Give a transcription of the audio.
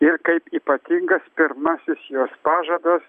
ir kaip ypatingas pirmasis jos pažadas